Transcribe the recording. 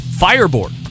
Fireboard